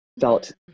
Felt